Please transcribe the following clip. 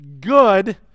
good